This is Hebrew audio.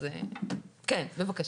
כן, בבקשה.